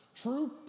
True